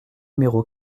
numéro